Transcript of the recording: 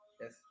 yes